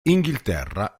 inghilterra